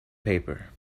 paper